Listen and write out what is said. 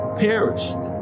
perished